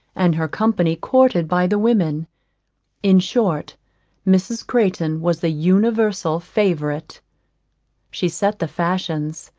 and her company courted by the women in short mrs. crayton was the universal favourite she set the fashions,